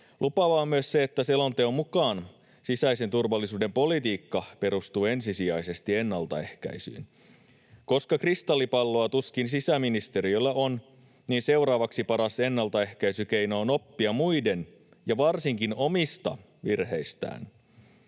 Lupaavaa on myös se, että selonteon mukaan sisäisen turvallisuuden politiikka perustuu ensisijaisesti ennaltaehkäisyyn. Koska kristallipalloa tuskin sisäministeriöllä on, niin seuraavaksi paras ennaltaehkäisykeino on oppia muiden ja varsinkin omista virheistä.